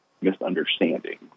misunderstanding